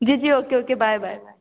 جی جی okay okay bye bye bye